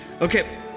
Okay